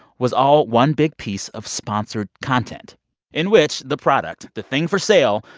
was all one big piece of sponsored content in which the product, the thing for sale,